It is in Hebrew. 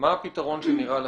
מה הפתרון שנראה לכם?